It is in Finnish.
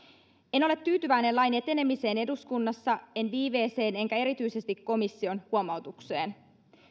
en ole tyytyväinen lain etenemiseen eduskunnassa en viiveeseen enkä erityisesti komission huomautukseen